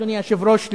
אדוני היושב-ראש,